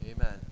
Amen